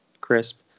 crisp